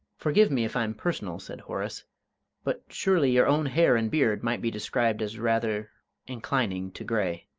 forgive me if i'm personal, said horace but surely your own hair and beard might be described as rather inclining to grey.